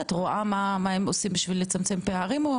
על מנת לצמצם פערים,